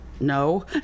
no